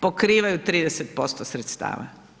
pokrivaju 30% sredstava.